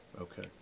okay